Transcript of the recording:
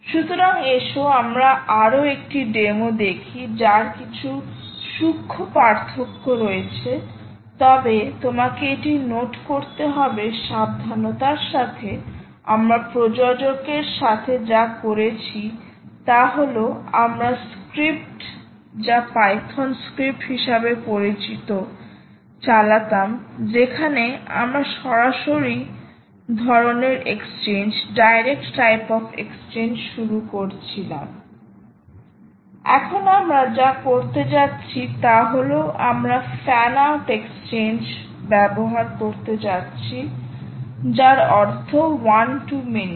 সুতরাং এসো আমরা আরও একটি ডেমো দেখি যার কিছু সূক্ষ্ম পার্থক্য রয়েছে তবে তোমাকে এটি সাবধানতার সাথে নোট করতে হবে যে আমরা প্রযোজকের সাথে যা করেছিলাম তা হল আমরা পাইথন স্ক্রিপ্টকে চালিয়েছিলাম যেখানে আমরা সরাসরি ধরণের এক্সচেঞ্জ শুরু করছিলাম এখন আমরা যা করতে যাচ্ছি তা হল আমরা ফ্যান আউট এক্সচেঞ্জ ব্যবহার করতে যাচ্ছি যার অর্থ ওয়ান টু মেনি